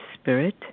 spirit